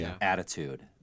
attitude